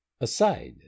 Aside